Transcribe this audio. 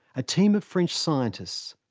a team of french scientists,